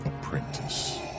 apprentice